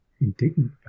indignant